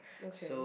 okay